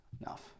Enough